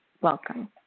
welcome